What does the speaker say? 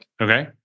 Okay